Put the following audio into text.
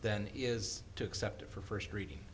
then he is to accept it for first reading